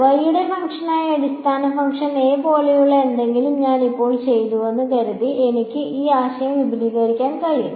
y യുടെ ഫംഗ്ഷനായി അടിസ്ഥാന ഫംഗ്ഷൻ a പോലെയുള്ള എന്തെങ്കിലും ഞാൻ ഇപ്പോൾ ചെയ്യുന്നുവെന്ന് കരുതി എനിക്ക് ഈ ആശയം വിപുലീകരിക്കാൻ കഴിയും